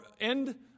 end